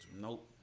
Nope